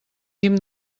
guim